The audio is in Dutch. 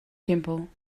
simpel